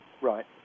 Right